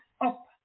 up